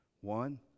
One